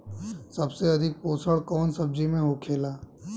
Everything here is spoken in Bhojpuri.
सबसे अधिक पोषण कवन सब्जी में होखेला?